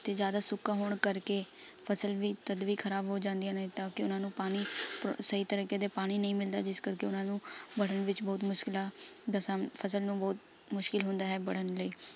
ਅਤੇ ਜ਼ਿਆਦਾ ਸੁੱਕਾ ਹੋਣ ਕਰਕੇ ਫਸਲ ਵੀ ਤਦ ਵੀ ਖ਼ਰਾਬ ਹੋ ਜਾਂਦੀਆਂ ਨੇ ਤਾਂ ਕਿ ਉਹਨਾਂ ਨੂੰ ਪਾਣੀ ਪੋ ਸਹੀ ਤਰੀਕੇ ਦੇ ਪਾਣੀ ਨਹੀਂ ਮਿਲਦਾ ਜਿਸ ਕਰਕੇ ਉਹਨਾਂ ਨੂੰ ਵੱਢਣ ਵਿੱਚ ਬਹੁਤ ਮੁਸ਼ਕਿਲਾਂ ਦਾ ਸਾਹਮ ਫਸਲ ਨੂੰ ਬਹੁਤ ਮੁਸ਼ਕਿਲ ਹੁੰਦਾ ਹੈ ਵੱਢਣ ਲਈ